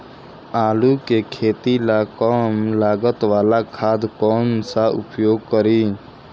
आलू के खेती ला कम लागत वाला खाद कौन सा उपयोग करी?